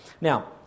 Now